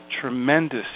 tremendous